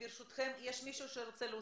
ברשותכם, יש מישהו שרוצה להוסיף?